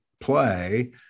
play